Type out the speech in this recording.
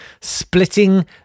splitting